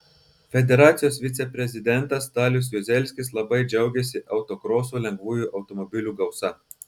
federacijos viceprezidentas dalius juozelskis labai džiaugėsi autokroso lengvųjų automobilių gausa